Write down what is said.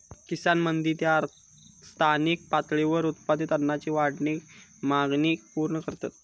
किसान मंडी ते स्थानिक पातळीवर उत्पादित अन्नाची वाढती मागणी पूर्ण करतत